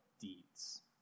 deeds